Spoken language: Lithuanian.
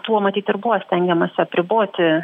tuo matyt ir buvo stengiamasi apriboti